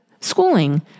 schooling